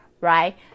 Right